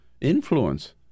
influence